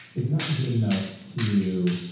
it's not good enough to.